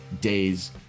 days